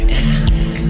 end